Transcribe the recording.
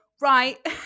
right